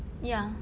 ya